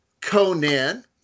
Conan